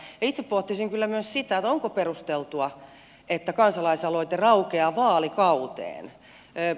ja itse pohtisin kyllä myös sitä onko perusteltua että kansalaisaloite raukeaa vaalikauteen